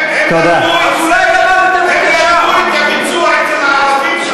הם למדו מהביצוע אצל הערבים,